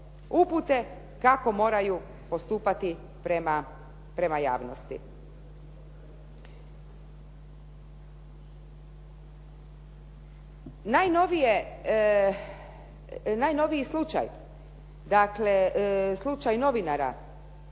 upute kako moraju postupati prema javnosti.